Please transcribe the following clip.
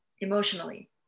emotionally